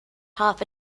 half